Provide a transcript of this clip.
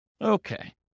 Okay